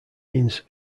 means